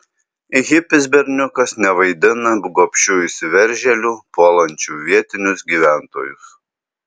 hipis berniukas nevaidina gobšių įsiveržėlių puolančių vietinius gyventojus